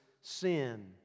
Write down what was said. sin